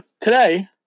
today